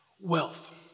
Wealth